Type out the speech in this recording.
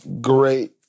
Great